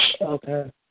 Okay